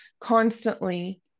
constantly